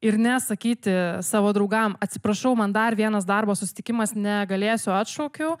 ir nesakyti savo draugam atsiprašau man dar vienas darbo susitikimas negalėsiu atšaukiu